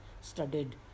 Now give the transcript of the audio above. studied